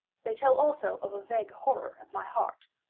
they tell also of a vague horror at my heart,